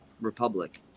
republic